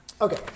Okay